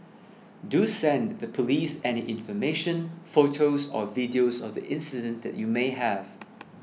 do send the police any information photos or videos of the incident that you may have